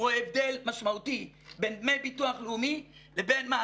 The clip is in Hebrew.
רואה הבדל משמעותי בין דמי ביטוח לאומי לבין מס,